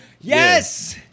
Yes